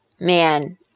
man